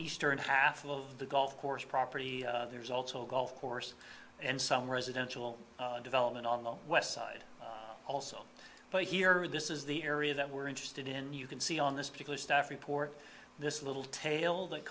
eastern half of the golf course property there is also a golf course and some residential development on the west side also but here this is the area that we're interested in you can see on this particular staff report this little tail that